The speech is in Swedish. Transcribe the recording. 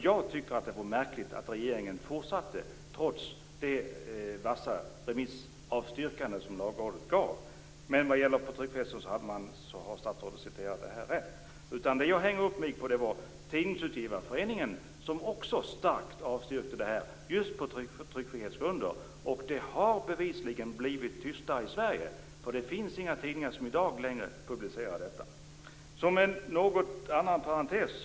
Jag tycker att det är märkligt att regeringen då fortsatte trots det massiva remissavstyrkande som Lagrådet gjorde. Men när det gäller tryckfriheten har statsrådet citerat korrekt. Det jag hängde upp mig på var att också Tidningsutgivareföreningen avstyrkte det hela just på tryckfrihetsgrunder. Det har bevisligen blivit tystare i Sverige, därför att det inte längre finns några tidningar som publicerar detta.